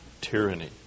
tyranny